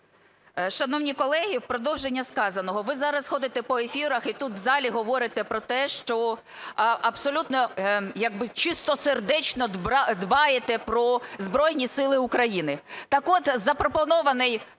Шановні колеги, в продовження сказаного. Ви зараз ходите по ефірах і тут в залі говорите про те, що абсолютно як би чистосердечно дбаєте про Збройні Сили України. Так от запропонований